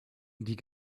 die